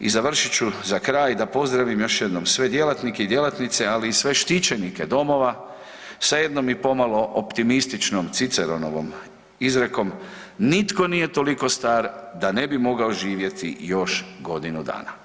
I završit ću za kraj da pozdravim još jednom sve djelatnike i djelatnice, ali i sve štićenike domova sa jednom i pomalom optimističnom Ciceronovom izrekom „Nitko nije toliko star da ne bi mogao živjeti još godinu dana“